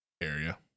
area